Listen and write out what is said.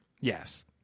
Yes